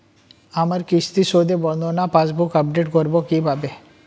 আমার কিস্তি শোধে বর্ণনা পাসবুক আপডেট করব কিভাবে?